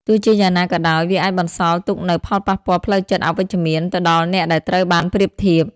ទោះជាយ៉ាងណាក៏ដោយ វាអាចបន្សល់ទុកនូវផលប៉ះពាល់ផ្លូវចិត្តអវិជ្ជមានទៅដល់អ្នកដែលត្រូវបានប្រៀបធៀប។